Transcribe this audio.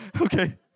Okay